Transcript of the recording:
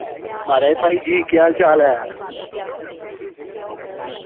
म्हाराज भाई जी केह् हाल चाल ऐ